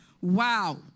Wow